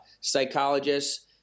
psychologists